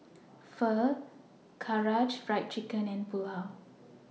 Pho Karaage Fried Chicken and Pulao